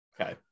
Okay